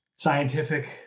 scientific